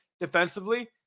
defensively